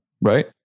right